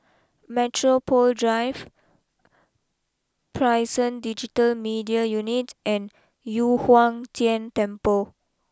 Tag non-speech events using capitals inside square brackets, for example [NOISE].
Metropole Drive [NOISE] Prison Digital Media Unit and Yu Huang Tian Temple